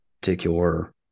particular